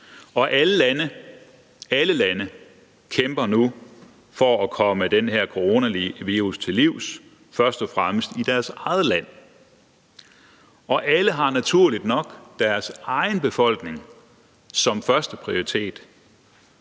Alle lande kæmper nu for at komme den her coronavirus til livs først og fremmest i deres eget land. Og alle har naturligt nok deres egen befolkning som førsteprioritet.